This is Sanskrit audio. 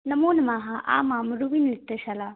नमो नमः आमां रुविनृत्यशाला